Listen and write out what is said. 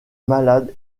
malade